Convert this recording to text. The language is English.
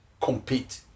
compete